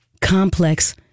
complex